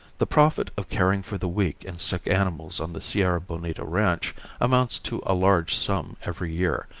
the profit of caring for the weak and sick animals on the sierra bonita ranch amounts to a large sum every year,